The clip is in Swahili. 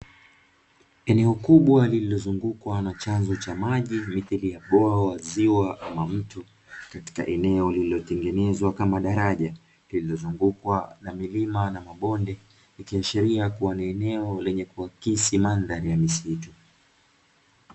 Eneo kubwa lililozungukwa na chanzo cha maji mithili ya bwawa, ziwa au mto katika eneo lililotengenezwa kama daraja lililozungukwa na milima na mabonde ikiashiria kuwa ni eneo lenye kuakisi mandhari ya misitu.